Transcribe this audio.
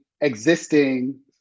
existing